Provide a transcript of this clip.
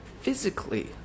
physically